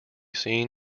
seen